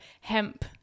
hemp